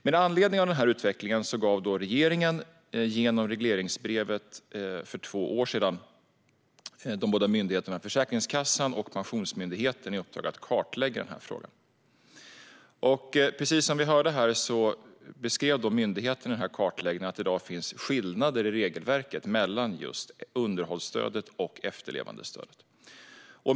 Med anledning av denna utveckling gav regeringen genom regleringsbrev för två år sedan de båda myndigheterna Försäkringskassan och Pensionsmyndigheten i uppdrag att kartlägga frågan. Precis som vi hörde här beskrev myndigheterna i denna kartläggning att det i dag finns skillnader i regelverket mellan just underhållsstödet och efterlevandestödet.